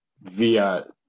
Via